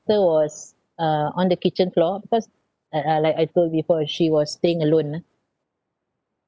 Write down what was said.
~ter was uh on the kitchen floor because uh uh like I told before she was staying alone ah